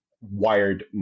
wired